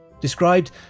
Described